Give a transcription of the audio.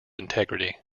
integrity